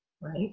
Right